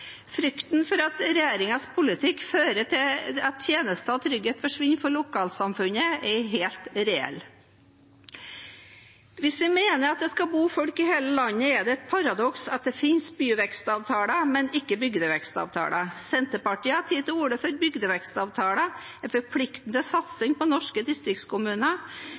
Frykten for at regjeringens politikk skal føre til at tjenester og trygghet skal forsvinne fra lokalsamfunn, er helt reell. Hvis vi mener at det skal bo folk i hele landet, er det et paradoks at det finnes byvekstavtaler, men ikke bygdevekstavtaler. Senterpartiet har tatt til orde for bygdevekstavtaler, en forpliktende satsing på norske distriktskommuner.